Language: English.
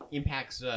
impacts